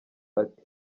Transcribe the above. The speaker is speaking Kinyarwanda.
ati